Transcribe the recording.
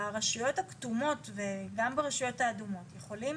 ברשויות הכתומות וגם ברשויות האדומות יכולים